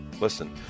Listen